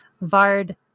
Vard